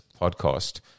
podcast